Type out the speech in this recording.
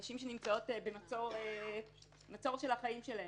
מדובר בנשים שנמצאות במצור של החיים שלהן.